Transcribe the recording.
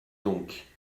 donc